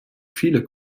viele